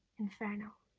inferno!